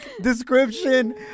description